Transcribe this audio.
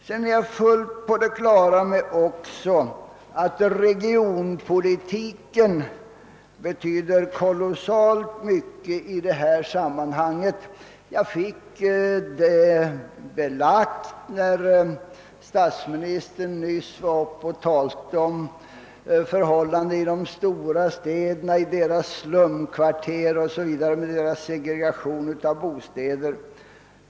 Jag är dessutom fullt på det klara med regionpolitikens oerhörda betydelse i detta sammanhang. Jag fick min uppfattning bestyrkt när statsministern nyss talade om förhållanden i storstädernas slumkvarter med deras bostadssegregation o. s. v.